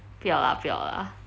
不要啦不要啦